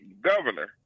governor